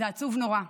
זה עצוב נורא.